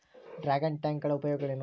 Dragon tank ಉಪಯೋಗಗಳೇನು?